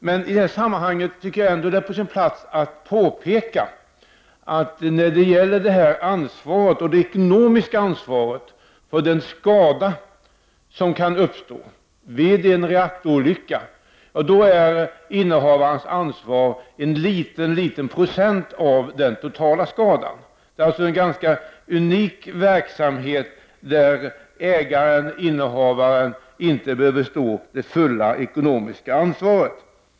Herr talman! Åke Wictorsson lät påskina att reaktorinnehavarnas ansvar var väldigt omfattande och näst intill totalt. Det är riktigt, och det är bra att de har ett stort ansvar i vad gäller drift, säkerhet osv. I den mån det finns en fristående kontrollmyndighet är denna ansvarsfördelning god. Våra kontrollmyndigheter gör ett gott arbete. I detta sammanhang är det ändå på sin plats att påpeka att när det gäller det ekonomiska ansvaret för den skada som kan uppstå vid en reaktorolycka är innehavarens ansvar en minimal procentandel av den totala skadan. Det är alltså en ganska unik verksamhet så till vida att ägaren/innehavaren inte behöver stå det fulla ekonomiska ansvaret.